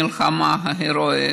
המלחמה ההירואית,